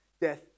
death